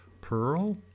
pearl